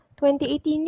2018